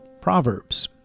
Proverbs